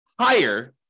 higher